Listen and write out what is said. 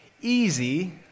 easy